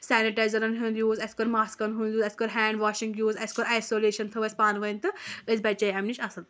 سینٹیزرن ہُنٛد یوٗز اَسہِ کوٚر ماسکن ہُنٛد یوٗز اَسہِ کوٚر ہیٚنٛڈ واشنگ ہُنٛد یوٗز ایسولیٚشن تھٲوو اَسہِ پانہٕ ؤنۍ تہٕ أسۍ بَچے اَمہِ نِش اَصٕل پٲٹھۍ